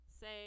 say